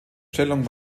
stellung